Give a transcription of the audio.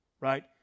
right